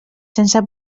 sense